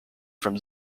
from